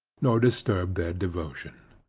nor disturb their devotion.